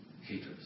haters